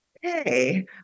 Hey